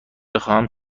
بخواهم